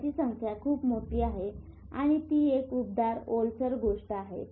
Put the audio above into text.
ज्याची संख्या खूप मोठी आहे आणि ती एक उबदार ओलसर गोष्ट आहे